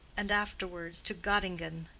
and afterwards to gottingen,